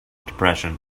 depression